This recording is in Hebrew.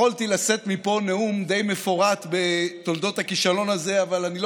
יכולתי לשאת מפה נאום די מפורט על תולדות הכישלון הזה אבל אני לא